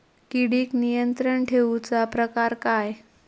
किडिक नियंत्रण ठेवुचा प्रकार काय?